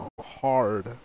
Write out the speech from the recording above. hard